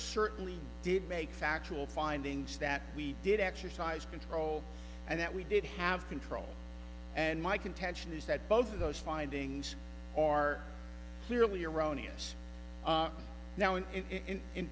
certainly did make factual findings that we did exercise control and that we did have control and my contention is that both of those findings are clearly erroneous now and in in